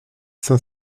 saint